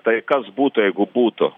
tai kas būtų jeigu būtų